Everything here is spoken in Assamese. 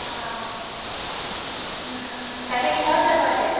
অঁ কাইলৈ কিহত যাব এতিয়া